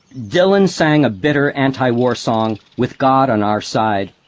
dylan sang a bitter antiwar song, with god on our side,